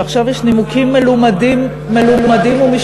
ועכשיו יש נימוקים מלומדים ומשפטיים.